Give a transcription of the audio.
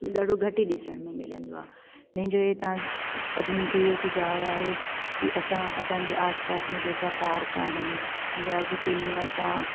ॾाढो घटि ई ॾिसण में मिलंदो आहे मुंहिंजो इहे तव्हां सभिनीनि खे सुझाव आहे की असां असांजी आस पास में जेका पार्क आहिनि या गिटीनि में असां